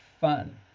fun